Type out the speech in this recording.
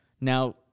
Now